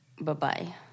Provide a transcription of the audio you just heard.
Bye-bye